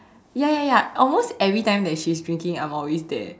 ya ya ya almost every time that she's drinking I'm always there